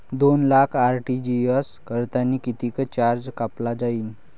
दोन लाख आर.टी.जी.एस करतांनी कितीक चार्ज कापला जाईन?